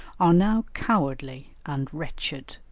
are now cowardly and wretched,